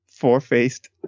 four-faced